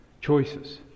choices